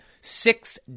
Six